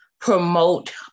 promote